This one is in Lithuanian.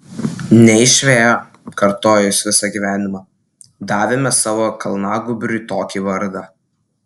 ne iš vėjo kartojo jis visą gyvenimą davėme savo kalnagūbriui tokį vardą